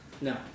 No